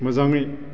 मोजाङै